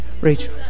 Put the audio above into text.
Rachel